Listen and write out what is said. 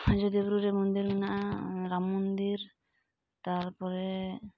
ᱟᱡᱳᱫᱤᱭᱟᱹ ᱵᱩᱨᱩᱨᱮ ᱢᱚᱱᱫᱤᱨ ᱢᱮᱱᱟᱜᱼᱟ ᱨᱟᱢ ᱢᱚᱱᱫᱤᱨ ᱛᱟᱨᱯᱚᱨᱮ